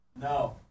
No